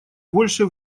больше